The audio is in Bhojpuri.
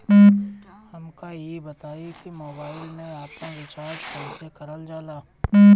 हमका ई बताई कि मोबाईल में आपन रिचार्ज कईसे करल जाला?